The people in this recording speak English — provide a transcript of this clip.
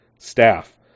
staff